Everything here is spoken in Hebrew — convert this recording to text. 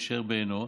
יישאר בעינו)